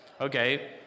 Okay